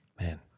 Man